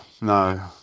No